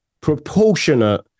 proportionate